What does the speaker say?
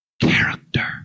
character